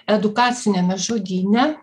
edukaciniame žodyne